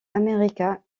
américa